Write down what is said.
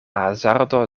hazardo